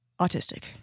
autistic